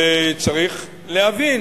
וצריך להבין